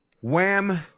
Wham